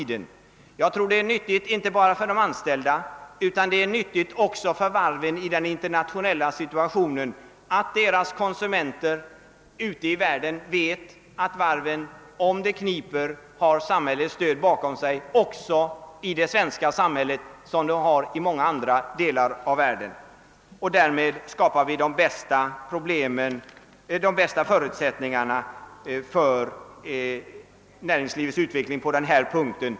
Det är nyttigt inte bara för de anställda utan också för varven; med hänsyn till den internationella situationen är det viktigt att varvens konsumenter ute i världen vet att varven om det kniper har samhällets stöd bakom sig i det svenska samhället såsom i många andra delar av världen. Därmed skapar vi de bästa förutsättningarna för näringslivets utveckling på detta område.